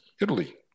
Italy